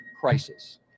crisis